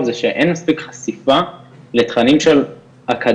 זה שאין מספיק חשיפה לתכנים של אקדמיה,